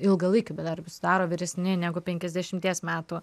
ilgalaikių bedarbių sudaro vyresni negu penkiasdešimties metų